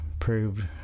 proved